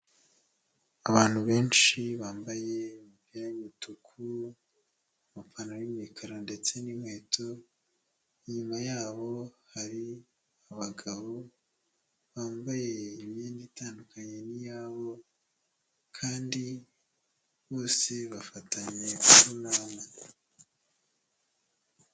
Abantu benshi bambaye imipira y'umutuku amapantaro y'imikara ndetse n'inkweto, inyuma y'abo hari abagabo bambaye imyenda itandukanye n'iy'abo kandi bose bafatanye urunana.